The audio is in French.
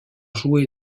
joué